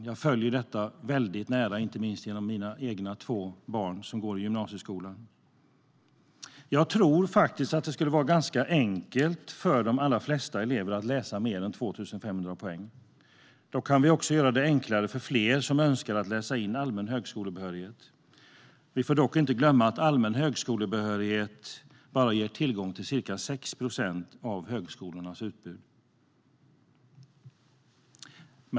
Jag följer detta väldigt nära, inte minst genom mina två barn som går i gymnasiet. Jag tror faktiskt att det skulle vara ganska enkelt för de allra flesta elever att läsa mer än 2 500 poäng. Då kan vi också göra det enklare för fler som önskar läsa in allmän högskolebehörighet. Vi får dock inte glömma att allmän högskolebehörighet bara ger tillgång till ca 6 procent av högskolornas utbud.